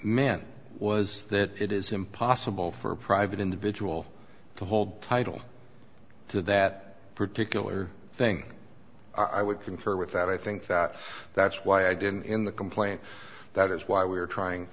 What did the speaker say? meant was that it is impossible for a private individual to hold title to that particular thing i would concur with that i think that that's why i didn't in the complaint that is why we are trying